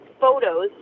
photos